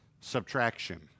subtraction